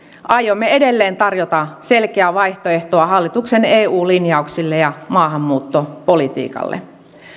aiomme edelleen tarjota selkeää vaihtoehtoa hallituksen eu linjauksille ja maahanmuuttopolitiikalle